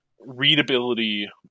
readability